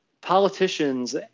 politicians